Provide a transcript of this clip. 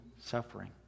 suffering